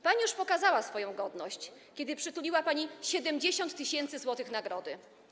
Pani już pokazała swoją godność, kiedy przytuliła pani 70 tys. zł nagrody.